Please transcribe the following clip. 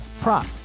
prop